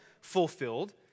fulfilled